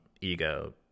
ego